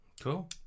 Cool